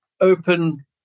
open